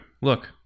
Look